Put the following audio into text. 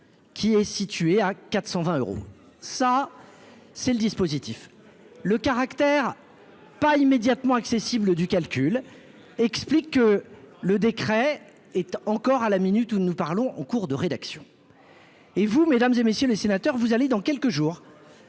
qui est située à 420 euros, ça c'est le dispositif. Daniel. Le caractère pas immédiatement accessible du calcul, explique que le décret étant encore à la minute où nous parlons, en cours de rédaction et vous mesdames et messieurs les sénateurs, vous allez dans quelques jours.